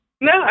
no